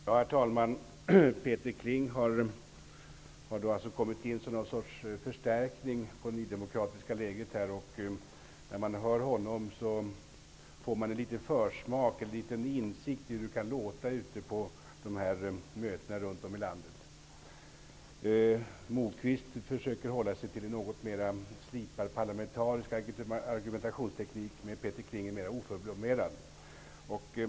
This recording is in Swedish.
Herr talman! Peter Kling har nu kommit in som något slags förstärkning av det nydemokratiska lägret här. När man hör honom får man en liten insyn i hur det kan låta ute på Ny demokratis möten runt om i landet. Moquist har en något mer slipad parlamentarisk argumentationsteknik medan Peter Kling är mera oförblommerad.